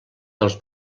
dels